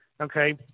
Okay